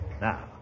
Now